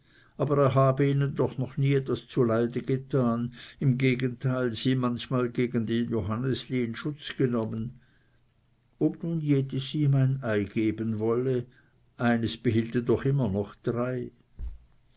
aber er habe ihnen doch nie etwas zuleid getan im gegenteil sie manchmal gegen den johannesli in schutz genommen ob nun jedes ihm ein ei geben wolle eines behielte doch immer noch drei